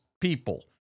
people